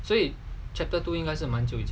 所以 chapter two 因该是蛮久以前出